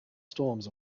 storms